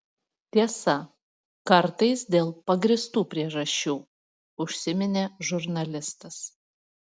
tiesa kartais dėl pagrįstų priežasčių užsiminė žurnalistas